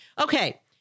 Okay